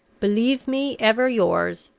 believe me ever yours,